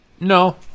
No